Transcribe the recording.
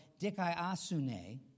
dikaiasune